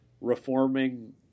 reforming